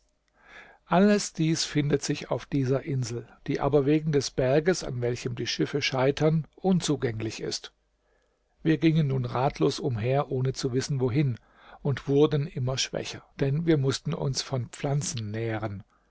alles dies findet sich auf dieser insel die aber wegen des berges an welchem die schiffe scheitern unzugänglich ist wir gingen nun ratlos umher ohne zu wissen wohin und wurden immer schwächer denn wir mußten uns von pflanzen nähren